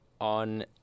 on